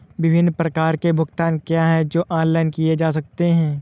विभिन्न प्रकार के भुगतान क्या हैं जो ऑनलाइन किए जा सकते हैं?